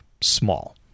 small